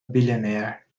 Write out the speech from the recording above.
billionaire